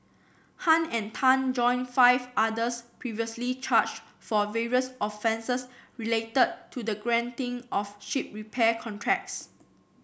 Tan and Tan join five others previously charged for various offences related to the granting of ship repair contracts